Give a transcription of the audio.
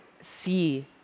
see